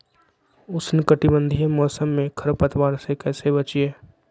उष्णकटिबंधीय मौसम में खरपतवार से कैसे बचिये?